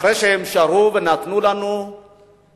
אחרי שהם שרו ונתנו לנו מים